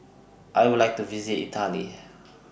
I Would like to visit Italy